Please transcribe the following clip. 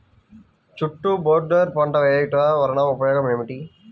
చుట్టూ బోర్డర్ పంట వేయుట వలన ఉపయోగం ఏమిటి?